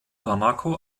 bamako